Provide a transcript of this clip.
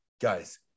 guys